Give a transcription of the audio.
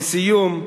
לסיום,